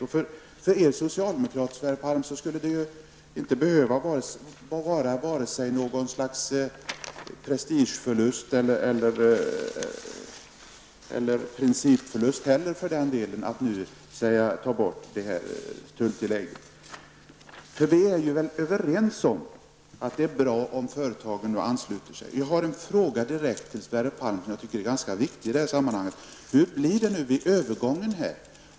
För er socialdemokrater, Sverre Palm, skulle det inte behöva vara någon prestigeförlust att ta bort tulltillägget. Vi är väl överens om att det är bra om företagen ansluter sig till det nya systemet. Jag har en direkt fråga till Sverre Palm, som jag tycker är ganska viktig i detta sammanhang. Hur blir det vid övergången?